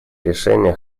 решения